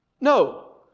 No